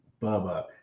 Bubba